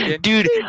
Dude